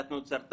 מעט מאוד סרטן,